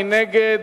מי נגד?